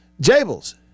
Jables